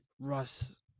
Russ